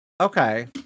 Okay